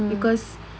mm